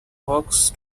hoax